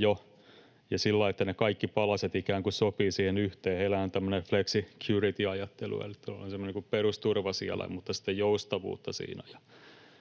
jo vuosikymmeniä ja sillä tavalla, että ne kaikki palaset ikään kuin sopivat siihen yhteen. Heillä on tämmöinen flexicurity-ajattelu, eli on sellainen perusturva siellä mutta sitten joustavuutta, siinä